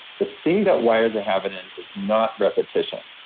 the thing that wires a habit in is not repetition.